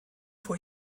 vor